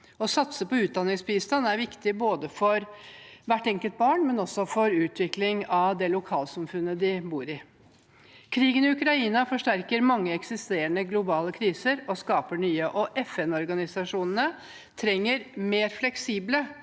Å satse på utdanningsbistand er viktig både for hvert enkelt barn og for utvikling av lokalsamfunnet de bor i. Krigen i Ukraina forsterker mange eksisterende globale kriser og skaper nye. FN-organisasjonene trenger mer fleksible